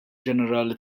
ġenerali